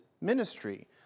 ministry